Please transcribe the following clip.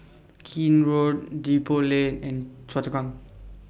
Keene Road Depot Lane and Choa Chu Kang